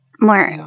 More